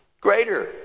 greater